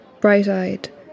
bright-eyed